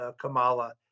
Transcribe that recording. Kamala